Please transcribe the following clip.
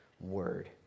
word